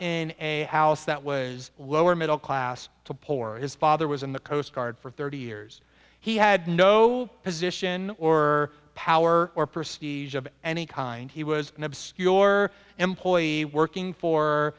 in a house that was lower middle class to poor his father was in the coast guard for thirty years he had no position or power or procedure of any kind he was an obscure employee working for